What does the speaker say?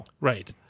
Right